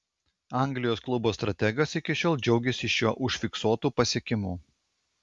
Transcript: anglijos klubo strategas iki šiol džiaugiasi šiuo užfiksuotu pasiekimu